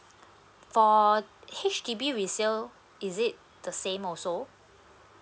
for H_D_B resale is it the same also